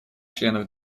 членов